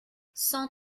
cent